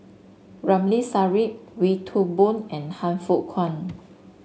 Ramli Sarip Wee Toon Boon and Han Fook Kwang